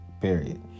period